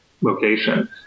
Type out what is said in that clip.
location